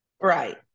Right